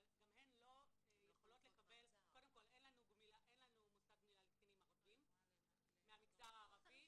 אבל הן לא יכולות לקבל קודם כל אין לנו מוסד לקטינים מהמגזר הערבי.